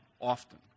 often